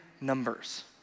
numbers